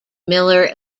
miller